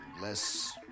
less